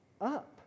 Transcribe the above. up